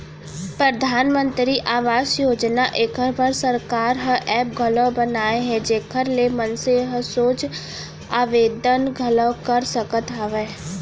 परधानमंतरी आवास योजना एखर बर सरकार ह ऐप घलौ बनाए हे जेखर ले मनसे ह सोझ आबेदन घलौ कर सकत हवय